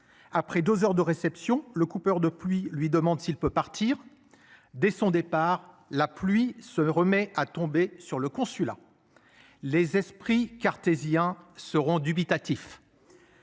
Après 2h de réception le coupeur de pluie lui demande s'il peut partir dès son départ, la pluie se remet à tomber sur le consulat. Les esprits cartésiens seront dubitatif.